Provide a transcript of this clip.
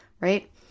right